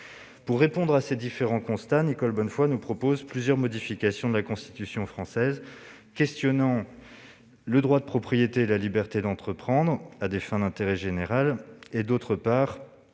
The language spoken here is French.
Pour répondre à ces différents constats, Nicole Bonnefoy nous propose plusieurs modifications de la Constitution française, questionnant, d'une part, le droit de propriété et la liberté d'entreprendre à des fins d'intérêt général et, d'autre part,